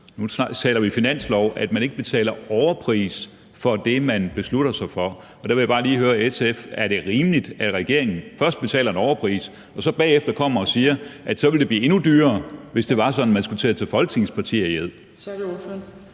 nu taler vi finanslov – for det, man beslutter sig for. Der vil jeg bare lige høre SF: Er det rimeligt, at regeringen først betaler en overpris og så bagefter kommer og siger, at det ville være blevet endnu dyrere, hvis det var sådan, at man skulle til at tage Folketingets partier i ed?